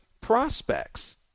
prospects